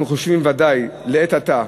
אנחנו חושבים, ודאי לעת עתה,